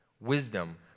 Wisdom